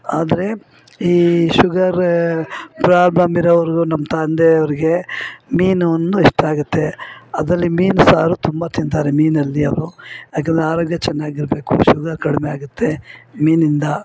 ಆದರೆ ಈ sugar problem ಇರೋವ್ರಿಗು ನಮ್ಮ ತಂದೆಯವ್ರಿಗೆ ಮೀನು ಒಂದು ಇಷ್ಟ ಆಗುತ್ತೆ ಅದರಲ್ಲಿ ಮೀನುಸಾರು ತುಂಬ ತಿಂತಾರೆ ಮೀನಿನಲ್ಲಿ ಅವರು ಯಾಕಂದರೆ ಆರೋಗ್ಯ ಚೆನ್ನಾಗಿರ್ಬೇಕು ಶುಗರ್ ಕಡಿಮೆ ಆಗುತ್ತೆ ಮೀನಿನಿಂದ